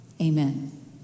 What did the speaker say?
Amen